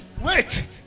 wait